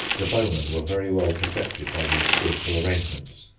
the bowmen were very well protected by these skilful arrangements.